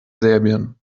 serbien